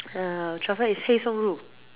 ya truffle is 黑送入